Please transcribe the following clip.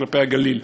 כלפי הגליל.